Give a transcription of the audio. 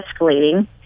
escalating